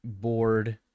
board